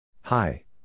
Hi